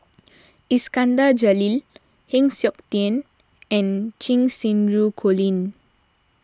Iskandar Jalil Heng Siok Tian and Cheng Xinru Colin